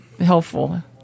helpful